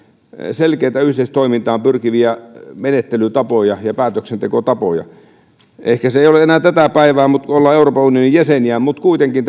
selkeitä yhteistoimintaan pyrkiviä menettelytapoja ja päätöksentekotapoja ehkä se ei ole enää tätä päivää kun ollaan euroopan unionin jäseniä mutta kuitenkin